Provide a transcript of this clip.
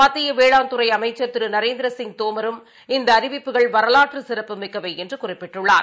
மத்தியவேளாண்துறைஅமைச்சா் தோமரும் திருநரேந்திரசிங் இந்தஅறிவிப்புகள் வரலாற்றுசிறப்புமிக்கவைஎன்றுகுறிப்பிட்டுள்ளார்